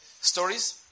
stories